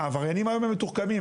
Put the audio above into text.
העבריינים היום הם מתוחכמים,